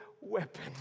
weapon